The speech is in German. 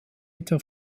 etwa